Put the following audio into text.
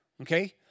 okay